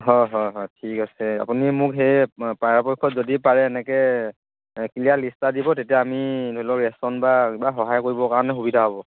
হয় হয় হয় ঠিক আছে আপুনি মোক সেই পৰাপক্ষত যদি পাৰে এনেকৈ ক্লিয়াৰ লিষ্ট এটা দিব তেতিয়া আমি ধৰি লওক ৰেচন বা কিবা সহায় কৰিবৰ কাৰণে সুবিধা হ'ব